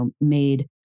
made